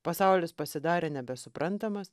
pasaulis pasidarė nebesuprantamas